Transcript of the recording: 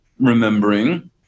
remembering